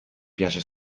piace